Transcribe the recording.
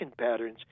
patterns